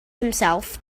himself